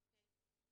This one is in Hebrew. אוקיי.